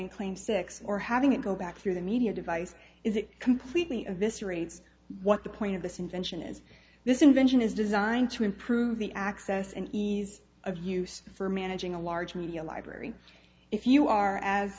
in claim six or having it go back through the media device is a completely eviscerates what the point of this invention is this invention is designed to improve the access and ease of use for managing a large media library if you are as